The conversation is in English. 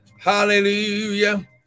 Hallelujah